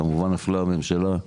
כמובן נפלה הממשלה,